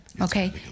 okay